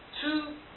two